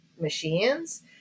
machines